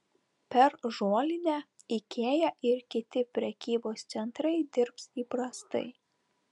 per žolinę ikea ir kiti prekybos centrai dirbs įprastai